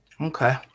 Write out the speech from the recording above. Okay